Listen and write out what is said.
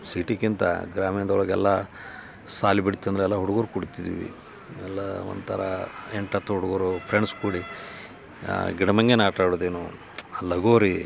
ಸಿಟಿಗಿಂತ ಗ್ರಾಮೀಣದೊಳಗೆ ಎಲ್ಲ ಶಾಲಿ ಬಿಡ್ತು ಅಂದ್ರೆ ಎಲ್ಲ ಹುಡ್ಗರು ಕೂಡುತಿದ್ವಿ ಎಲ್ಲ ಒಂಥರ ಎಂಟು ಹತ್ತು ಹುಡ್ಗರು ಫ್ರೆಂಡ್ಸ್ ಕೂಡಿ ಗಿಡ ಮಂಗ್ಯನ ಆಟ ಆಡೋದು ಏನು ಆ ಲಗೋರಿ